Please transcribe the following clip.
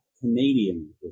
Canadian